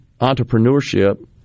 entrepreneurship